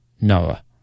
Noah